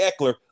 Eckler